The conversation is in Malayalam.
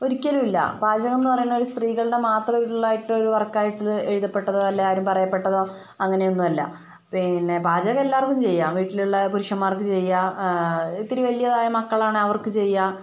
ഒരിക്കലും ഇല്ല പാചകം എന്ന് പറയുന്നത് സ്ത്രീകളുടെ മാത്രം ഉള്ളതായിട്ടുള്ളൊരു വർക്ക് ആയിട്ട് എഴുതപ്പെട്ടതോ അല്ലെങ്കിൽ ആരും പറയപെട്ടതോ അങ്ങനെ ഒന്നുമല്ല പിന്നെ പാചകം എല്ലാവർക്കും ചെയ്യാം വീട്ടിലുള്ള പുരുഷന്മാർക്ക് ചെയ്യാം ഇത്തിരി വലിയതായ മക്കളാണെങ്കിൽ അവർക്ക് ചെയ്യാം